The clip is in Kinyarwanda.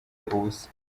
ubusa